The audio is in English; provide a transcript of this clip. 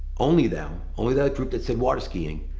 only them, only that group that said water skiing.